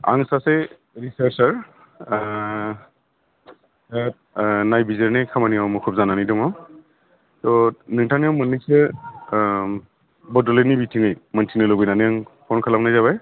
आं सासे रिसार्चार नायबिजिरनाय खामानियाव आं मुखुब जानानै दङ थ नोंथांनियाव मोननैसो बडलेण्डनि बिथिङै मोनथिनो लुबैनानै आं फन खालामनाय जाबाय